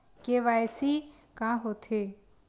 KYC का होथे?